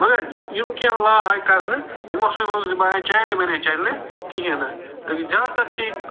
مگر یِم کیٚنٛہہ لا آے کرنہٕ یِمو سۭتۍ ووٚنُکھ زِ بایا چیلڈ مَریج چلہِ نہٕ کِہیٖنۍ نہٕ زیادٕ تر چھِ